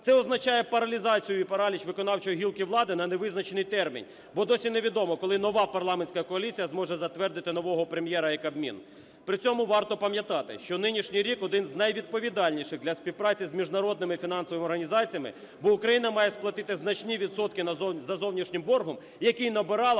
Це означає паралізацію і параліч виконавчої гілки влади на невизначений термін, бо досі невідомо, коли нова парламентська коаліція зможе затвердити нового Прем'єра і Кабмін. При цьому варто пам'ятати, що нинішній рік один з найвідповідальніших для співпраці з міжнародними фінансовими організаціями, бо Україна має сплатити значні відсотки за зовнішнім боргом, який набирала